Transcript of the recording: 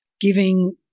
giving